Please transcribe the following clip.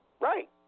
Right